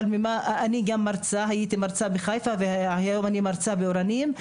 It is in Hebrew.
אבל הייתי מרצה בחיפה והיום אני מרצה באורנים,